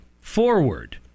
forward